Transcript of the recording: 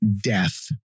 death